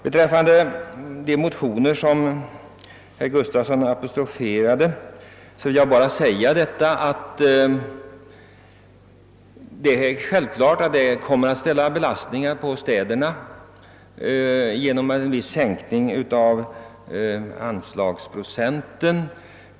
Beträffande de motioner som herr Gustafson i Göteborg apostroferade vill jag bara säga att det är självklart att städerna kommer att utsättas för vissa belastningar genom en sänkning av anslagsprocenten.